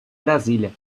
brasília